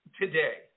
today